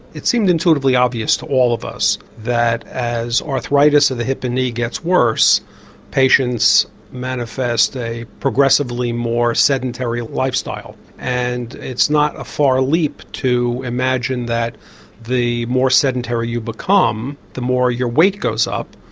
it seemed intuitively obvious to all of us that as arthritis of the hip and knee gets worse patients manifest a progressively more sedentary lifestyle and it's not a far leap to imagine that the more sedentary you become the more your weight goes up,